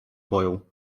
boją